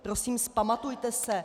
Prosím, vzpamatujte se.